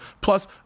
plus